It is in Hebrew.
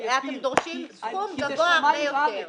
אתם דורשים סכום גבוה הרבה יותר?